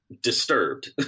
disturbed